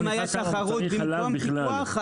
אם היה תחרות במקום פיקוח,